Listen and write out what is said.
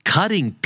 Cutting